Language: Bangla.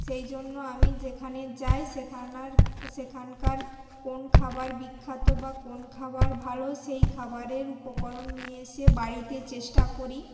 সেই জন্য আমি যেখানে যাই সেখানার সেখানকার কোন খাবার বিখ্যাত বা কোন খাবার ভালো সেই খাবারের উপকরণ নিয়ে এসে বাড়িতে চেষ্টা করি